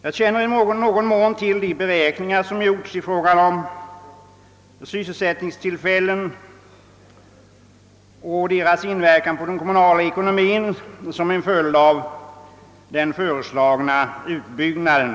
Jag känner i någon mån till de beräkningar som gjorts i fråga om sysselsättningstillfällen och deras inverkan på den kommunala ekonomin som en följd av den föreslagna utbyggnaden.